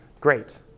great